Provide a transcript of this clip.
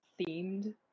themed